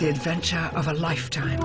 get venture out of a lifetime